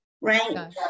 Right